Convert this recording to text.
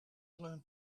learn